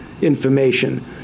information